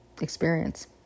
experience